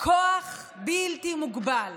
כוח בלתי מוגבל